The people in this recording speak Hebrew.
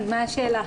מה השאלה?